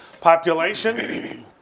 population